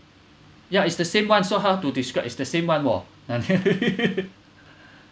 ya it's the same one so how to describe it's the same one !whoa!